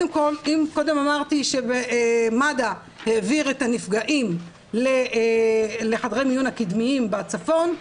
אם קודם אמרתי שמד"א העביר את הנפגעים לחדרי מיון קדמיים בצפון,